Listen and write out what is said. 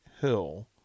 Hill